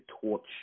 torch